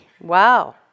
wow